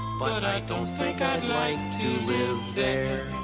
but i don't think i'd like to live there